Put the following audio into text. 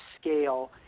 scale